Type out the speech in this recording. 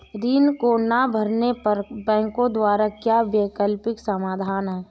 ऋण को ना भरने पर बैंकों द्वारा क्या वैकल्पिक समाधान हैं?